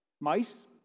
Mice